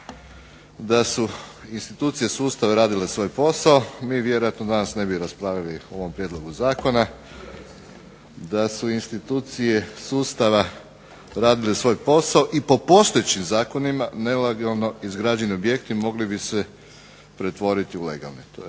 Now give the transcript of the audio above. Da su institucije sustava radile svoj posao, mi vjerojatno danas ne bi raspravljali o ovom prijedlogu zakona, da su institucije sustava radile svoj posao i po postojećim zakonima nelegalno izgrađeni objekti mogli bi se pretvoriti u legalne,